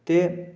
ते